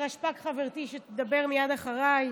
נירה שפק, חברתי, שתדבר מייד אחריי,